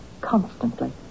constantly